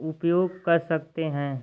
उपयोग कर सकते हैं